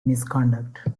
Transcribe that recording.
misconduct